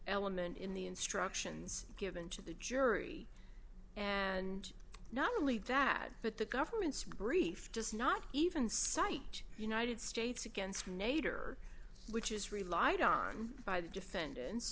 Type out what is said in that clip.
element in the instructions given to the jury and not only dad but the government's grief does not even cite united states against nader which is relied on by the defendant